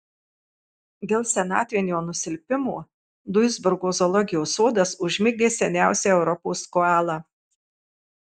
dėl senatvinio nusilpimo duisburgo zoologijos sodas užmigdė seniausią europos koalą